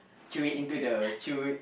throw it into the chute